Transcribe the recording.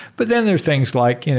but then there are things like,